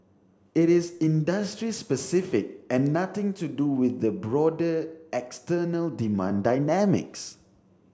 it is industry specific and nothing to do with the broader external demand dynamics